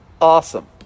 awesome